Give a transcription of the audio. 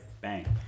bang